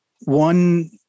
One